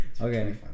Okay